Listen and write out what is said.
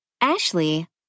Ashley